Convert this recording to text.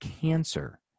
cancer